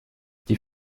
die